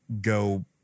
go